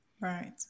right